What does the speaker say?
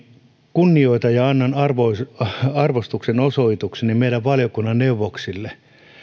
kunnioitan ja annan arvostuksen osoitukseni meidän valiokunnan neuvoksille